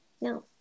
No